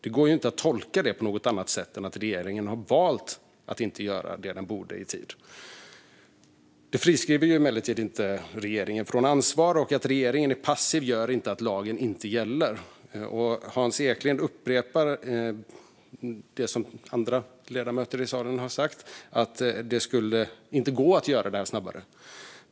Det går inte att tolka det här på något annat sätt än att regeringen har valt att inte göra det den borde i tid. Det friskriver emellertid inte regeringen från ansvar, och att regeringen är passiv gör inte att lagen inte gäller. Hans Eklind upprepar det som andra ledamöter i salen har sagt - att det inte skulle gå att göra det här snabbare.